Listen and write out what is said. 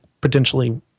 potentially